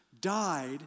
died